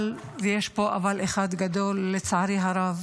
אבל, ויש פה אבל אחד גדול, לצערי הרב,